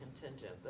contingent